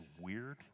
weird